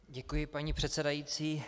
Děkuji, paní předsedající.